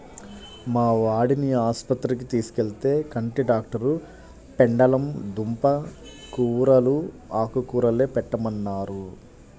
మా వాడిని ఆస్పత్రికి తీసుకెళ్తే, కంటి డాక్టరు పెండలం దుంప కూరలూ, ఆకుకూరలే పెట్టమన్నారు